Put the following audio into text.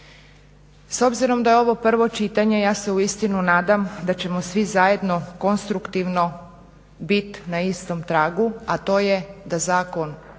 S obzirom da je ovo prvo čitanje ja se uistinu nadam da ćemo svi zajedno konstruktivno biti na istom tragu a to je da zakon